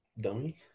Dummy